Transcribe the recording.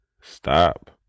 Stop